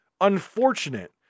unfortunate